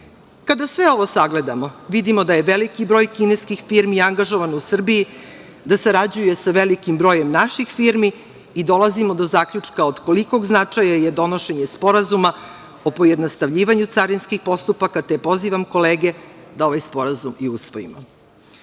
sve ovo sagledamo, vidimo da je veliki broj kineskih firmi angažovano u Srbiji, da sarađuje sa velikim brojem naših firmi i dolazimo do zaključka od kolikog značaja je donošenje Sporazuma o pojednostavljivanju carinskih postupaka, te pozivam kolege da ovaj sporazum i usvojimo. Mi